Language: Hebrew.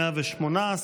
118,